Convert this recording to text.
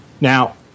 Now